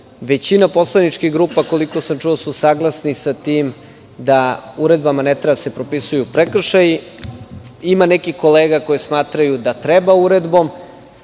Većina poslaničkih grupa, koliko sam čuo, je saglasna sa tim da uredbama ne treba da se propisuju prekršaji. Ima nekih kolega koje smatraju da treba uredbom.